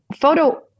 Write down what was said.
photo